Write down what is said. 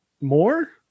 more